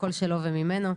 הכול שלו וממנו.